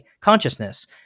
consciousness